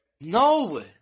No